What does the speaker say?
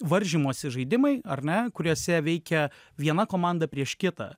varžymosi žaidimai ar ne kuriuose veikia viena komanda prieš kitą